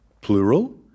plural